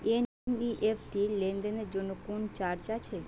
NEFT লেনদেনের জন্য কোন চার্জ আছে?